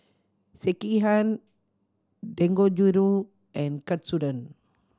Sekihan Dangojiru and Katsudon